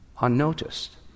unnoticed